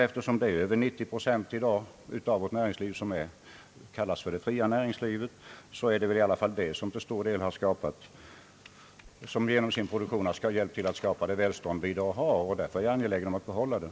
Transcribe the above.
Eftersom 90 procent av vårt näringsliv i dag kallas för det fria näringslivet är det väl i alla fall detta som genom sin produktion hjälpt till att skapa det välstånd vi har, och därför är jag angelägen att behålla det.